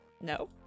No